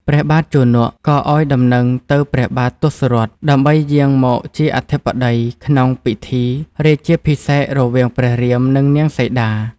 ព្រះបាទជន ក៏ឱ្យដំណឹងទៅព្រះបាទទសរថ ដើម្បីយាងមកជាអធិបតី ក្នុងពិធី រាជាភិសេករវាងព្រះរាម និងនាងសីតា។